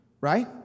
right